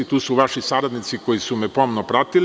Tu su vaši saradnici koji su me pomno pratili.